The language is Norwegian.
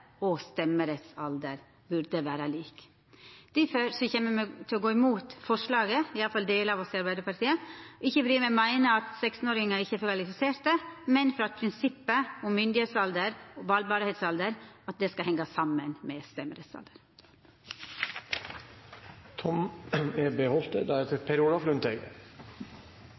og stemmerettsalder burde vera lik. Difor kjem me i Arbeidarpartiet, iallfall delar av oss, til å gå imot forslaget, ikkje fordi me meiner at 16-åringar ikkje er kvalifiserte, men ut frå prinsippet om at myndigheitsalder og valbarheitsalder skal hengja saman med